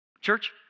Church